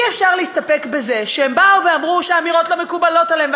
אי-אפשר להסתפק בזה שהם באו ואמרו שהאמירות לא מקובלות עליהם.